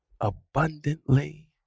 abundantly